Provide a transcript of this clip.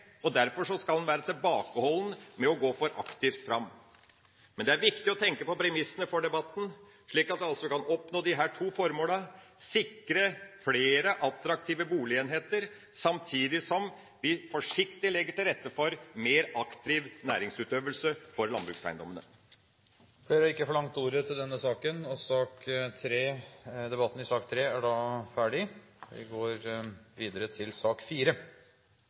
og derfor skal en være tilbakeholden med å gå for aktivt fram. Men det er viktig å tenke på premissene for debatten, slik at vi kan oppnå disse to målene: sikre flere attraktive boligenheter samtidig som vi forsiktig legger til rette for mer aktiv næringsutøvelse for landbrukseiendommene. Flere har ikke bedt om ordet til sak nr. 3. Ingen har bedt om ordet. Ingen har bedt om ordet. Ingen har bedt om ordet. Stortinget går da til votering over dagens kart. I sak